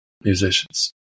musicians